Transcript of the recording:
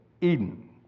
Eden